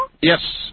Yes